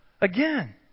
Again